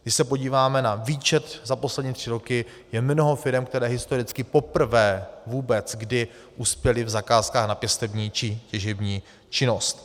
Když se podíváme na výčet za poslední tři roky, je mnoho firem, které historicky poprvé vůbec kdy uspěly v zakázkách na pěstební či těžební činnosti.